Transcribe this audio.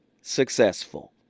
successful